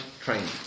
training